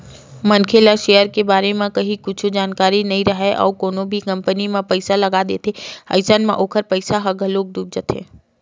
मनखे ला सेयर के बारे म काहि कुछु जानकारी नइ राहय अउ कोनो भी कंपनी म पइसा लगा देथे अइसन म ओखर पइसा ह घलोक डूब जाथे